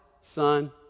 Son